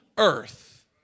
earth